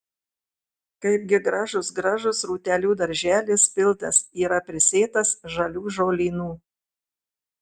kaipgi gražus gražus rūtelių darželis pilnas yra prisėtas žalių žolynų